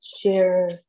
share